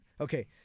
Okay